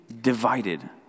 divided